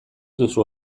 duzu